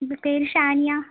എൻ്റെ പേര് ഷാനിയ